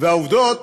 והעובדות,